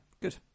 good